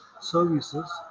services